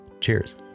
cheers